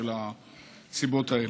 הסיבות האלה.